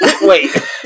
wait